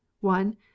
one